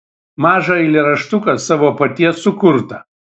mažą eilėraštuką savo paties sukurtą